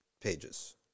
pages